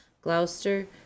Gloucester